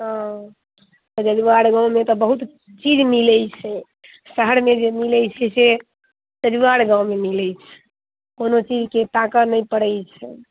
हँ जजुआर गाँवमे तऽ बहुत चीज मिलैत छै शहरमे जे मिलैत छै से जजुआर गाँवमे मिलैत छै कोनो चीजके ताकऽ नै पड़ैत छै